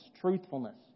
truthfulness